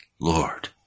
Lord